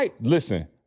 listen